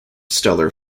stellar